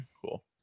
Cool